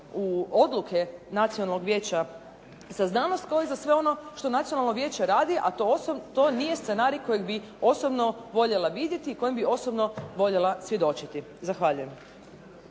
u odluke Nacionalnog vijeća za znanost kao i za sve ono što Nacionalno vijeće radi, a to nije scenarij kojeg bi osobno voljela vidjeti i kojem bi osobno voljela svjedočiti. Zahvaljujem.